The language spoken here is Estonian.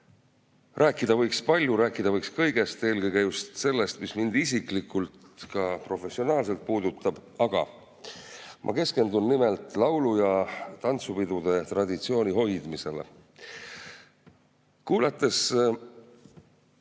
Rääkida võiks palju, rääkida võiks kõigest, eelkõige just sellest, mis mind isiklikult, ka professionaalselt puudutab. Aga ma keskendun nimelt laulu‑ ja tantsupidude traditsiooni hoidmisele. Kuulates